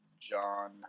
John